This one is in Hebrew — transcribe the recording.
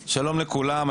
שלום לכולם,